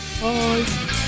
Bye